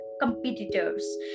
competitors